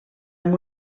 amb